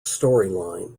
storyline